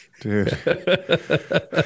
Dude